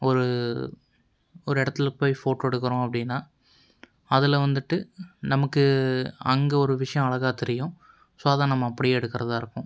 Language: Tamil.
ஒரு ஒரு இடத்துல போய் போட்டோ எடுக்கிறோம் அப்படீன்னா அதில் வந்துட்டு நமக்கு அங்கே ஒரு விஷயம் அழகாக தெரியும் ஸோ அதை நம்ம அப்படியே எடுக்கிறதா இருக்கும்